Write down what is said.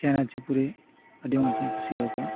ᱪᱮᱬᱮ ᱪᱩᱯᱲᱤ ᱟᱰᱤ ᱢᱚᱸᱡᱽ ᱤᱧ ᱠᱩᱥᱤᱣᱟᱠᱚᱣᱟ